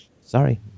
sorry